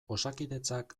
osakidetzak